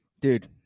Dude